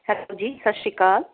hello ਜੀ ਸਤਿ ਸ਼੍ਰੀ ਅਕਾਲ